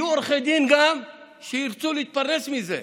יהיו גם עורכי דין שירצו להתפרנס מזה,